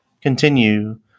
continue